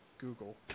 Google